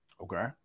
Okay